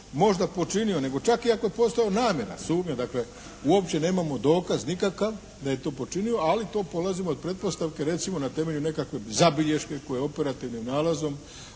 možda počinio, nego čak i ako je postojala namjena, sumnja dakle uopće nemamo dokaz nikakav da je to počinio, ali to polazimo od pretpostavke recimo na temelju nekakve zabilješke koja je operativnim nalazom